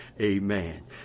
Amen